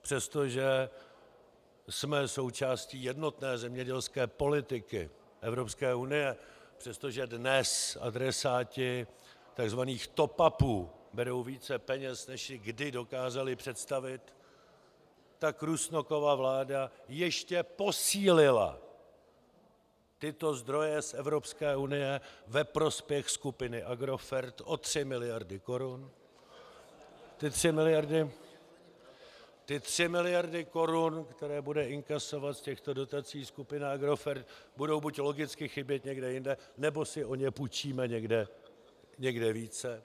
Přestože jsme součástí jednotné zemědělské politiky Evropské unie, přestože dnes adresáti tzv. topupů berou více peněz, než si kdy dokázali představit, tak Rusnokova vláda ještě posílila tyto zdroje z Evropské unie ve prospěch skupiny Agrofert o 3 mld. Ty 3 mld. korun, které bude inkasovat z těchto dotací skupina Agrofert, budou buď logicky chybět někde jinde, nebo si o ně půjčíme někde více.